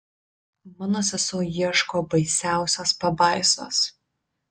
mano sesuo ieško baisiausios pabaisos